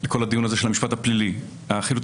לכל העניין של החילוט הפלילי - בחילוט